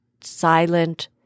silent